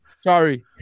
Sorry